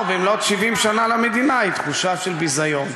במלאות 70 שנה למדינה היא תחושה של ביזיון.